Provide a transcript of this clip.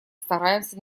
стараемся